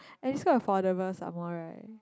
and it's quite affordable some more right